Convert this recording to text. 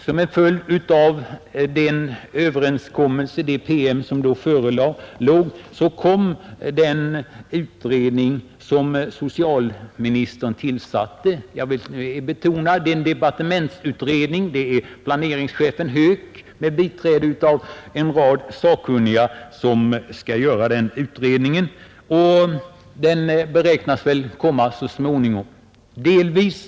Som en följd av denna överenskommelse tillsattes sedan en utredning av socialministern. Jag vill betona att det är en departementsutredning som utförs av planeringschefen Höök med biträde av en rad sakkunniga. Utredningens betänkande kommer så småningom att presenteras.